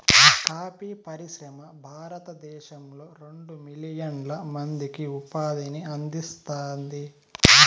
coffee పరిశ్రమ భారతదేశంలో రెండు మిలియన్ల మందికి ఉపాధిని అందిస్తాంది